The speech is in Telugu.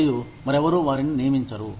మరియు మరెవరూ వారిని నియమించరు